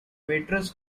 waitress